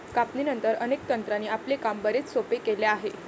कापणीनंतर, अनेक तंत्रांनी आपले काम बरेच सोपे केले आहे